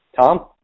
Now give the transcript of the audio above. Tom